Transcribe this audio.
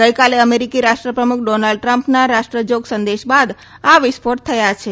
ગઈકાલે અમેરિકી રાષ્ટ્રપ્રમુખ ડોનાલ્ડ ટ્રમ્પના રાષ્ટ્રજોગ સંદેશ બાદ આ વિસ્ફોટ થયા છે